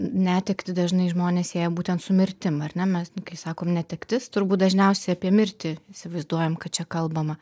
netektį dažnai žmonės sieja būtent su mirtim ar ne mes kai sakom netektis turbūt dažniausiai apie mirtį įsivaizduojam kad čia kalbama